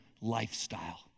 lifestyle